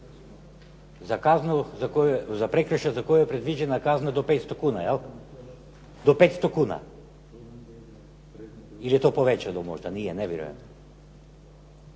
dobro? Za prekršaj za koji je predviđena kazna do 500 kuna, je li? Do 500 kuna ili je to povećano možda? Nije, ne vjerujem.